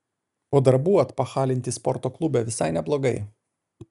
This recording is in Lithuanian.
po darbų atpachalinti sporto klube visai neblogai